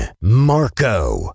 Marco